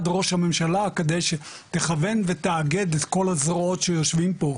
ראש הממשלה כדי שתכוון ותאגד את כל הזרועות שיושבים פה.